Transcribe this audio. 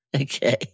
Okay